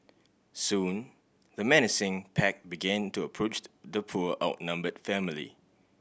soon the menacing pack began to approach the poor outnumbered family